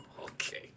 Okay